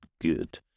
good